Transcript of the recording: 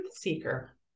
seeker